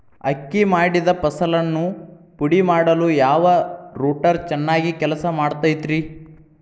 ಅಕ್ಕಿ ಮಾಡಿದ ಫಸಲನ್ನು ಪುಡಿಮಾಡಲು ಯಾವ ರೂಟರ್ ಚೆನ್ನಾಗಿ ಕೆಲಸ ಮಾಡತೈತ್ರಿ?